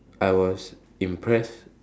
I was impressed